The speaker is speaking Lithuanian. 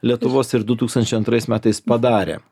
lietuvos ir du tūkstančiai antrais metais padarė